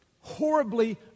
horribly